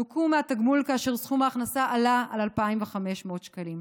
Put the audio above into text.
נוכו מהתגמול כאשר סכום ההכנסה עלה על 2,500 שקלים.